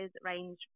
range